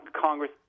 Congress